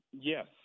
yes